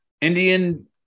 Indian